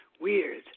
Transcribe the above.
weird